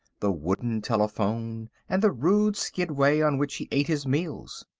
the wooden telephone and the rude skidway on which he ate his meals.